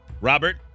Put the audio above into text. Robert